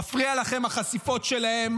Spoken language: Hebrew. מפריעות לכם החשיפות שלהם,